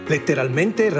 Letteralmente